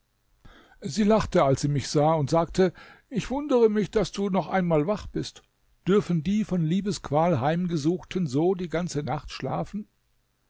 sie lachte als sie mich sah und sagte ich wundere mich daß du doch einmal wach bist dürfen die von liebesqual heimgesuchten so die ganze nacht schlafen